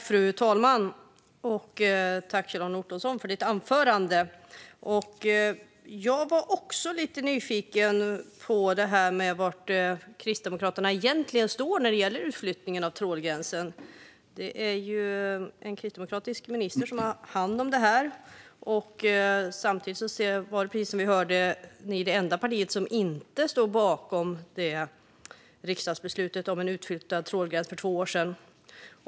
Fru talman! Tack, Kjell-Arne Ottosson, för ditt anförande! Jag var också lite nyfiken på var Kristdemokraterna egentligen står när det gäller utflyttningen av trålgränsen. Det är ju en kristdemokratisk minister som har hand om detta. Samtidigt var ni, precis som vi hörde, det enda parti som inte stod bakom riksdagsbeslutet om en utflyttad trålgräns för två år sedan.